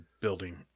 building